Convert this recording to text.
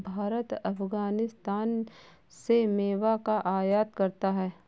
भारत अफगानिस्तान से मेवा का आयात करता है